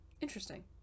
Interesting